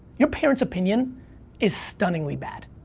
your parents' opinion is stunningly bad.